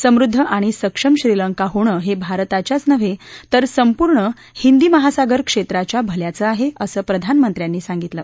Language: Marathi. समृद्ध आणि सक्षम श्रीलंका होणं हे भारताच्याच नव्हे तर संपूर्ण हिंदी महासागर क्षेत्राच्या भल्याचं आहे असं प्रधानमंत्र्यांनी सांगितलं